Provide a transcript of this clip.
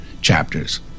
chapters